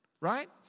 right